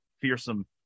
fearsome